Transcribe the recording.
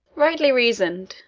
rightly reasoned,